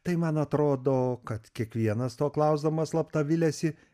tai man atrodo kad kiekvienas to klausdamas slapta viliasi